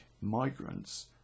migrants